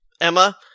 Emma